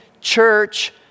church